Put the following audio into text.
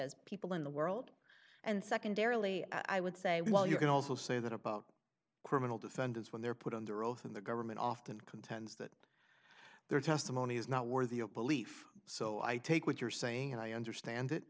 as people in the world and secondarily i would say well you can also say that about criminal defendants when they're put under oath in the government often contends that their testimony is not worthy of belief so i take what you're saying and i understand